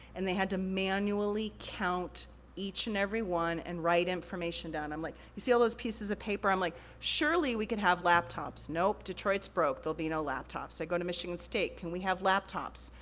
and they had to manually count each and every one, and write information down. like you see all those pieces of paper? i'm like, surely we could have laptops. nope, detroit's broke, there'll be no laptops. i go to michigan state, can we have laptops?